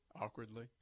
awkwardly